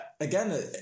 again